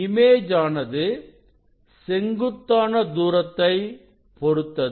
image ஆனது செங்குத்தான தூரத்தைப் பொறுத்தது